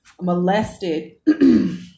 molested